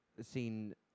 seen